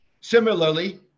Similarly